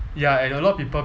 ya and a lot of people